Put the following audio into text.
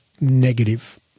negative